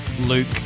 Luke